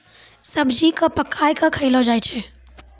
सब्जी क पकाय कॅ खयलो जाय छै